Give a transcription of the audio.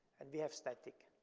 and we have static.